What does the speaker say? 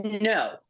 no